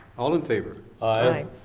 all in favor? aye.